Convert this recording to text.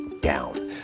down